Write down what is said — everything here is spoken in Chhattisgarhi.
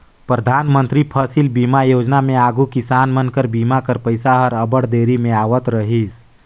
परधानमंतरी फसिल बीमा योजना में आघु किसान कर बीमा कर पइसा हर अब्बड़ देरी में आवत रहिस